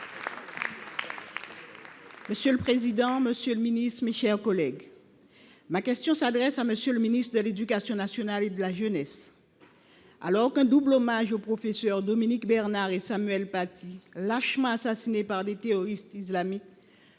Monsieur le président, mes chers collègues, ma question s’adresse à M. le ministre de l’éducation nationale et de la jeunesse. Alors qu’un double hommage a été rendu aux professeurs Dominique Bernard et Samuel Paty, lâchement assassinés par des terroristes islamistes,